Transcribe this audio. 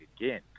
again